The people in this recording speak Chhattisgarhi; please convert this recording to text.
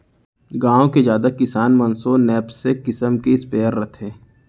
गॉँव के जादा किसान मन सो नैपसेक किसम के स्पेयर रथे